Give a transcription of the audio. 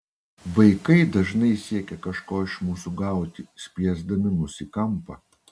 vaikai dažnai siekia kažko iš mūsų gauti spiesdami mus į kampą